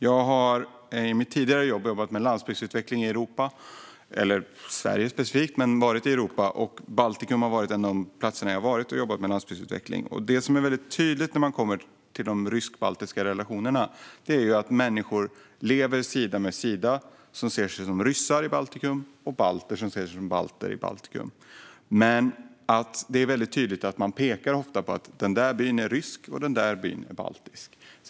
Jag har i mitt tidigare jobb arbetat med landsbygdsutveckling i Europa - eller det har specifikt gällt Sverige, men jag har då varit i Europa. Baltikum har varit en av de platser jag har varit på när jag har jobbat med landsbygdsutveckling. Det som är tydligt när det kommer till de rysk-baltiska relationerna är att människor lever sida vid sida i Baltikum, de som ser sig som ryssar i Baltikum och balter som ser sig som balter i Baltikum. Men det är väldigt tydligt att man ofta pekar och säger: Den där byn är rysk, och den där byn är baltisk.